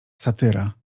satyra